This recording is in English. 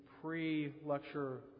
pre-lecture